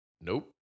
nope